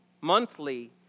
monthly